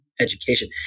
education